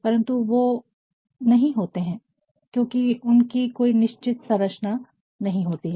परन्तु वो नहीं होते है क्योंकि उनकी कोई निश्चित संरचना नहीं होती है